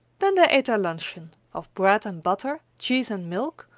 then they ate their luncheon of bread and butter, cheese, and milk,